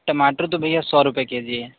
टमाटर तो भैया सौ रुपये के जी हैं